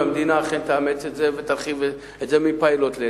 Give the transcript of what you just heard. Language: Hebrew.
המדינה אכן תאמץ את זה ותרחיב את זה מפיילוט.